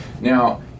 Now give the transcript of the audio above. Now